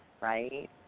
right